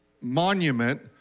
monument